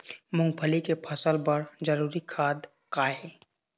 मूंगफली के फसल बर जरूरी खाद का ये?